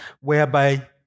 whereby